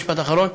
משפט אחרון.